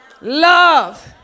love